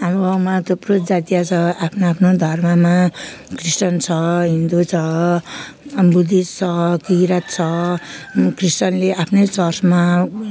हाम्रो गाउँमा थुप्रो जातीय छ आफ्नो आफ्नो धर्ममा क्रिस्चियन छ हिन्दू छ अनि बुद्धिस्ट छ किराँत छ क्रिस्चियनले आफ्नै चर्चमा